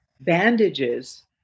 bandages